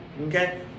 okay